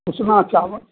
उसना चावल